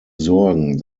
sorgen